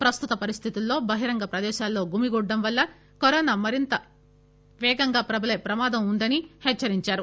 ప్రస్తుత పరిస్థితుల్లో బహిరంగ ప్రదేశాల్లో గుమిగూడటం వల్ల కరోనా మహమ్మారి మరింత పేగంగా ప్రబలే ప్రమాదం ఉందని హెచ్చరించారు